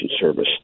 Service